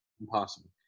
impossible